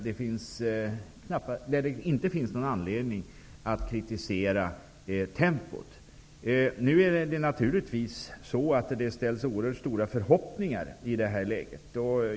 Det finns naturligtvis oerhört stora förhoppningar i detta läge.